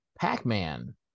Pac-Man